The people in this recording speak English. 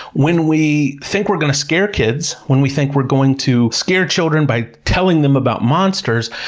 when we think we're going to scare kids, when we think we're going to scare children by telling them about monsters,